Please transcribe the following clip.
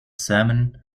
salmon